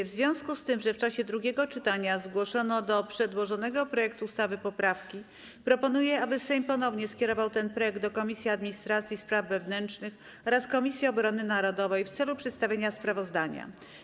W związku z tym, że w czasie drugiego czytania zgłoszono do przedłożonego projektu ustawy poprawki, proponuję, aby Sejm ponownie skierował ten projekt do Komisji Administracji i Spraw Wewnętrznych oraz Komisji Obrony Narodowej w celu przedstawienia sprawozdania.